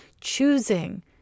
choosing